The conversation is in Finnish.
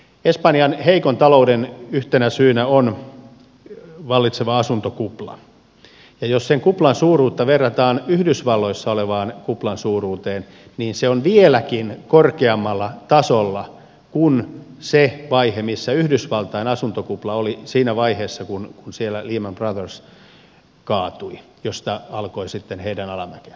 espanjan heikon talouden yhtenä syynä on vallitseva asuntokupla ja jos sen kuplan suuruutta verrataan yhdysvalloissa olevaan kuplan suuruuteen niin se on vieläkin korkeammalla tasolla kuin se vaihe missä yhdysvaltain asuntokupla oli siinä vaiheessa kun siellä lehman brothers kaatui josta alkoi sitten sen alamäki